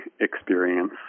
experience